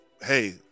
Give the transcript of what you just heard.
hey